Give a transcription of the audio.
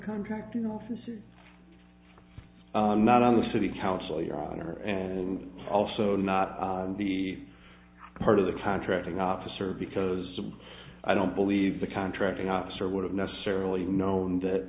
contracting office and not on the city council your honor and also not be part of the contracting officer because i don't believe the contracting officer would have necessarily known that